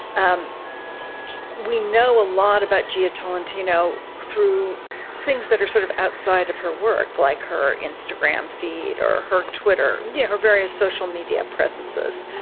um we know a lot about gia tolentino through things that are sort of outside of her work, like her instagram feed or her twitter. yeah. her various social media presences.